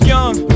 Young